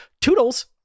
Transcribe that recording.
Toodles